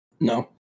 No